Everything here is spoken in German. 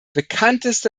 bekannteste